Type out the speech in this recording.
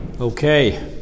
Okay